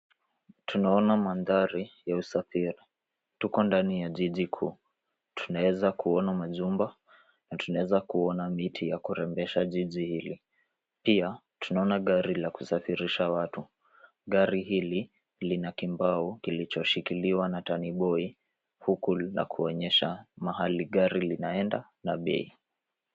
Tunaona mandhari ya usafiri. Tuko ndani ya jiji kuu. Tunaeza kuona majumba na tunaeza kuona miti ya kurembesha jiji hili. Pia tunaona gari ya kusafirisha watu. Gari hili lina kibao kilichoshikiliwa na taniboi, huku la kuonyesha mahali gari linaenda na bei.